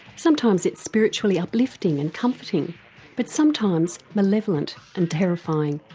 sometimes it's spiritually uplifting and comforting but sometimes malevolent and terrifying.